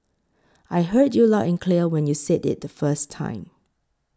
I heard you loud and clear when you said it the first time